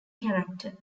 character